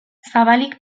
zabalik